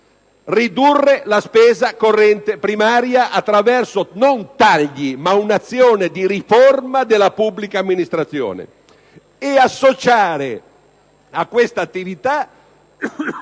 ridurre la spesa corrente primaria non attraverso tagli, ma tramite un'azione di riforma della pubblica amministrazione e associando a quest'attività